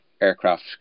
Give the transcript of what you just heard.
aircraft